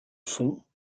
fonds